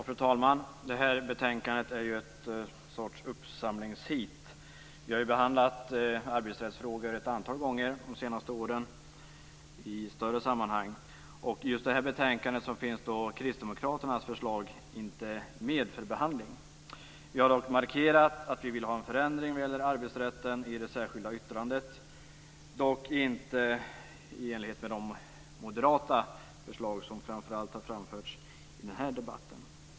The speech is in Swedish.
Fru talman! Det här betänkandet är ju ett slags uppsamlingsheat. Vi har behandlat arbetsrättsfrågor ett antal gånger de senaste åren i större sammanhang. I just det här betänkandet finns inte kristdemokraternas förslag med för behandling. Vi har ändå markerat att vi vill ha en förändring när det gäller arbetsrätten i ett särskilt yttrande - dock inte i enlighet med de moderata förslag som framför allt har framförts i den här debatten.